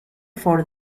for